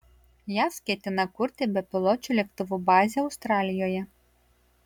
jav ketina kurti bepiločių lėktuvų bazę australijoje